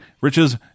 riches